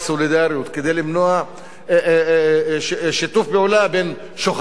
כדי למנוע שיתוף פעולה בין שוחרי שלום,